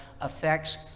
affects